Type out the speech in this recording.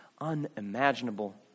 unimaginable